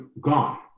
gone